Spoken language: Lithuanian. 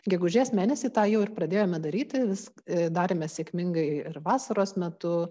gegužės mėnesį tą jau ir pradėjome daryti vis darėme sėkmingai ir vasaros metu